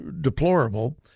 deplorable